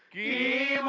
e